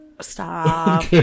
Stop